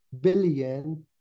billion